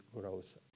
growth